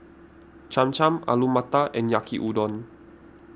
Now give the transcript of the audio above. Cham Cham Alu Matar and Yaki Udon